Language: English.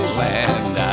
land